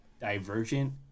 divergent